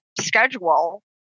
schedule